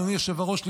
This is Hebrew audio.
אדוני היושב-ראש,